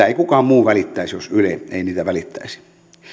ei kukaan muu välittäisi jos yle ei niitä välittäisi